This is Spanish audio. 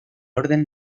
orden